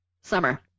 summer